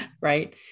Right